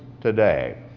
today